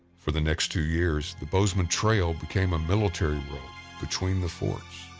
for the next two years, the bozeman trail became a military road between the forts.